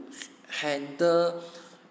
handle